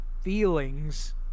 feelings